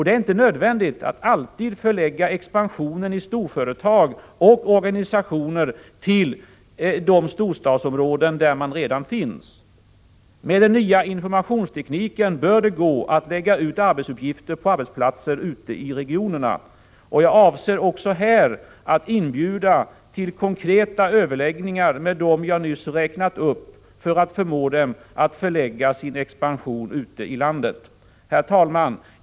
Det är inte nödvändigt att alltid förlägga expansionen i storföretag och organisationer till de storstadsområden där man redan finns. Med den nya informationstekniken bör det gå att lägga ut arbetsuppgifter på arbetsplatser ute i regionerna. Jag avser också här att inbjuda till konkreta överläggningar med dem jag nyss räknat upp för att förmå dem att förlägga sin expansion ute i landet. Herr talman!